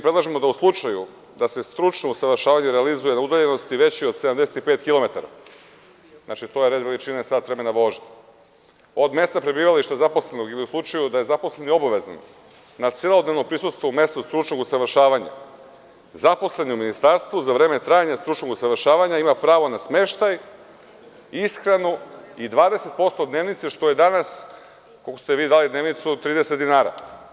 Predlažemo da u slučaju da se stručno usavršavanje realizuje na udaljenosti većoj od 75 kilometara, to je red veličine sat vremena vožnje, od mesta prebivališta zaposlenog ili u slučaju da je zaposleni obavezan na celodnevno prisustvo u mestu stručnog usavršavanja zaposleni u ministarstvu za vreme trajanja stručnog usavršavanja ima pravo na smeštaj, ishranu i 20% od dnevnice, što je danas, koliko ste vi dali dnevnicu, 30 dinara.